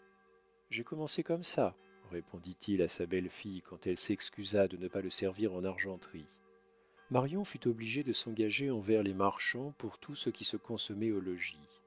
j'ai commencé comme ça répondit-il à sa belle-fille quand elle s'excusa de ne pas le servir en argenterie marion fut obligée de s'engager envers les marchands pour tout ce qui se consommerait au logis